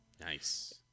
Nice